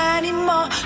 anymore